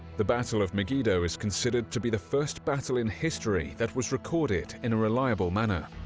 the battle of megiddo is considered to be the first battle in history that was recorded in a reliable manner.